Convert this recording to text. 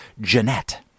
Jeanette